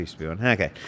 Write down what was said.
Okay